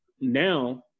now